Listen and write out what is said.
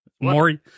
Maury